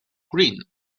green